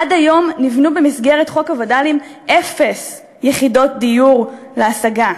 עד היום נבנו במסגרת חוק הווד"לים אפס יחידות דיור בר-השגה.